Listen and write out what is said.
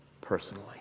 personally